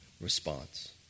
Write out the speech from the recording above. response